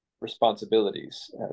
responsibilities